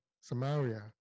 Samaria